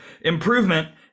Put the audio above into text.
improvement